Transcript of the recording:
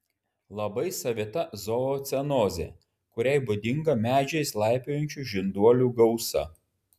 labai savita zoocenozė kuriai būdinga medžiais laipiojančių žinduolių gausa